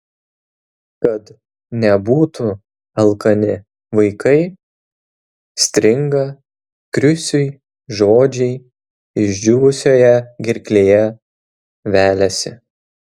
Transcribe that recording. kad nebūtų alkani vaikai stringa krisiui žodžiai išdžiūvusioje gerklėje veliasi